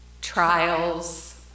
trials